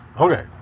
Okay